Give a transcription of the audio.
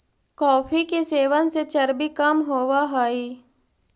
coffee के सेवन से चर्बी कम होब हई